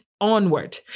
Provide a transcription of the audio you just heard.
onward